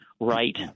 right